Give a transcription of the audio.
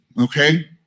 Okay